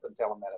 telemedicine